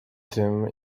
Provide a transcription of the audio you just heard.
tym